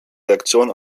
reaktion